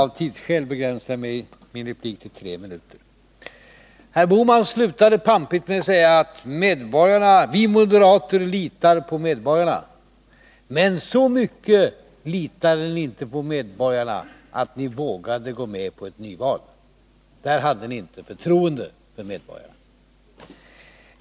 Vi moderater litar på medborgarna. Men så mycket litade ni inte på medborgarna att ni vågade gå med på ett nyval. Därvidlag hade ni inte förtroende för medborgarna.